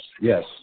yes